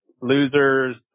losers